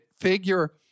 figure